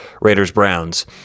Raiders-Browns